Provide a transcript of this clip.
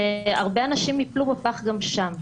והרבה אנשים יפלו בפח גם שם.